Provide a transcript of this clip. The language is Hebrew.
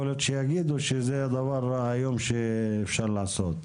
יכול להיות שיגידו שזה דבר שהיום אפשר לעשות.